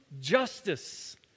justice